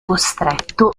costretto